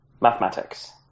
mathematics